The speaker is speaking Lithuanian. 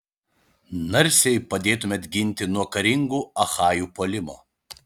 narsiai padėtumėte ginti nuo karingų achajų puolimo